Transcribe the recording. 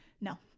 no